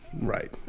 right